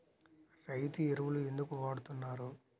రైతు ఎరువులు ఎందుకు వాడుతున్నారు?